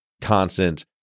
constant